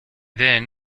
then